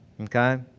Okay